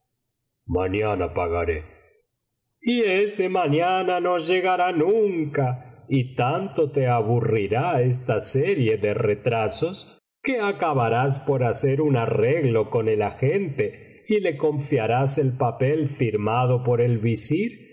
mañana pagaré y ese mañana no llegará nunca y tanto te aburrirá esta serie de retrasos que acabarás por hacer un arreglo con el agente y le confiarás el papel firmado por el visir